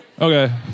Okay